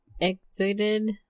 exited